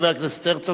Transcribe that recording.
חבר הכנסת הרצוג,